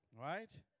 Right